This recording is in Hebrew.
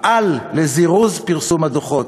פעל לזירוז פרסום הדוחות.